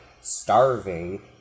starving